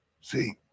See